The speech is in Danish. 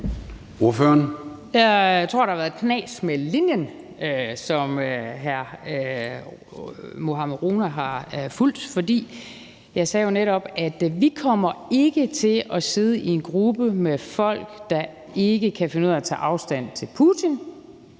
Jeg tror, at der har været knas på linjen, som hr. Mohammad Rona har fulgt. For jeg sagde jo netop, at vi ikke kommer til at sidde i en gruppe med folk, der ikke kan finde ud af at tage afstand fra Putin,